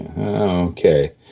Okay